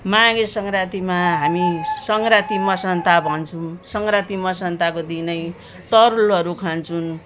माघे सङ्क्रान्तिमा हामी सङ्क्रान्ति मसान्त भन्छौँ सङ्क्रान्ति मसान्तको दिनै तरुलहरू खान्छौँ